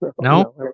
No